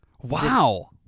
Wow